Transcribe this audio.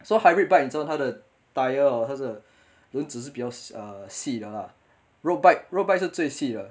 so hybrid bike 你知道他的 tyre hor 他是轮子是比较 uh 细的 lah road bike road bike 是最细的